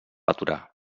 aturar